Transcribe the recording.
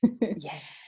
yes